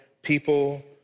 people